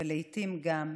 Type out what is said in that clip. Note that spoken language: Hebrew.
לעיתים גם הפקרות,